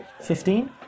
Fifteen